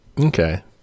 okay